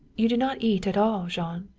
you do not eat at all, jean,